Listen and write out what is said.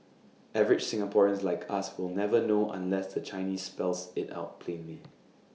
average Singaporeans like us will never know unless the Chinese spells IT out plainly